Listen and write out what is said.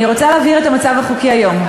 אני רוצה להבהיר את המצב החוקי היום.